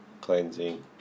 cleansing